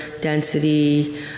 density